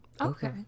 okay